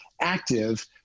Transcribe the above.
active